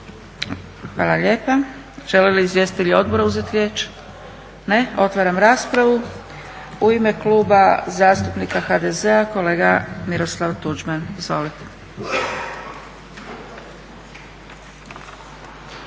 Hvala lijepa. Žele li izvjestitelji odbora uzeti riječ? Ne. Otvaram raspravu. U ime Kluba zastupnika HDZ-a kolega Miroslav Tuđman. Izvolite.